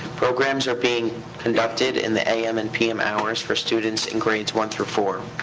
programs are being conducted in the a m. and p m. hours for students in grades one through four.